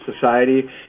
society